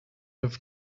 have